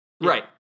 Right